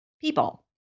people